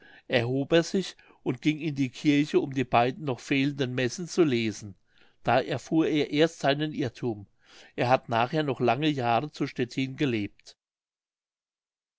erhob er sich und ging in die kirche um die beiden noch fehlenden messen zu lesen da erfuhr er erst seinen irrthum er hat nachher noch lange jahre zu stettin gelebt